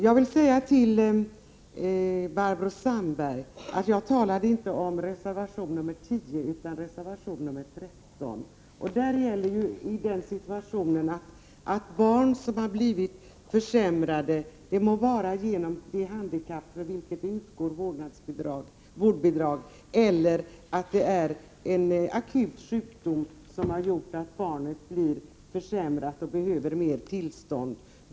Jag vill säga till Barbro Sandberg att jag inte talade om reservation nr 13. I den situation som där behandlas gäller att ersättning utgår för barn som har blivit försämrade — det må vara genom det handikapp för vilket det utgår vårdbidrag eller genom en akut sjukdom som gör att barnet behöver mer tillsyn.